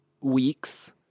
weeks